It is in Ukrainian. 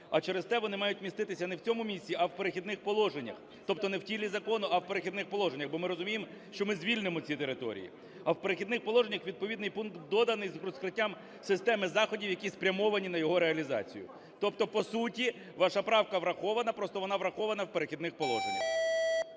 а через те вони мають міститися не в цьому місці, а в "Перехідних положеннях", тобто не в тілі закону, а в "Перехідних положеннях", бо ми розуміємо, що ми звільнимо ці території. А в "Перехідних положеннях" відповідний пункт доданий з розкриттям системи заходів, які спрямовані на його реалізацію. Тобто по суті ваша правка врахована, просто вона врахована в "Перехідних положеннях".